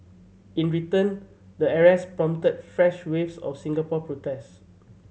in return the arrests prompted fresh waves of Singapore protests